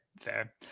Fair